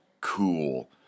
cool